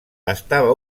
estava